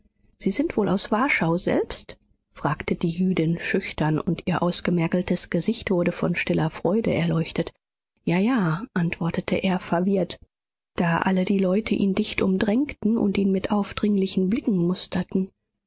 sie sind wohl aus warschau selbst fragte die jüdin schüchtern und ihr ausgemergeltes gesicht wurde von stiller freude erleuchtet ja ja antwortete er verwirrt da alle die leute ihn dicht umdrängten und ihn mit aufdringlichen blicken musterten